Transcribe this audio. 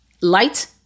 light